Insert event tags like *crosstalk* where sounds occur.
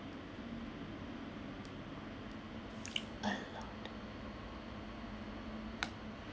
*noise* a lot of